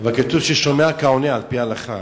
כתוב ששומע כעונה על-פי ההלכה,